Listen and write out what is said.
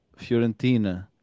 Fiorentina